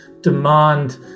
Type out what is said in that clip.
demand